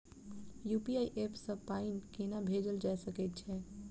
UPI app सँ पाई केना भेजल जाइत छैक?